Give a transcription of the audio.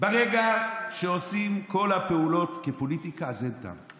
ברגע שעושים את כל הפעולות כפוליטיקה, אז אין טעם.